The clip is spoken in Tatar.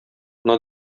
кына